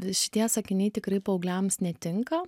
šitie sakiniai tikrai paaugliams netinka